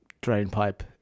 drainpipe